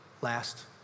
last